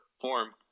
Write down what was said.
form